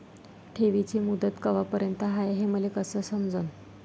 ठेवीची मुदत कवापर्यंत हाय हे मले कस समजन?